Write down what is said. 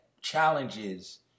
challenges